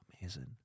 amazing